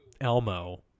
Elmo